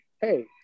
Hey